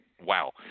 wow